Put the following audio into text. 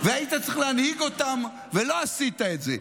והיית צריך להנהיג אותם ולא עשית את זה,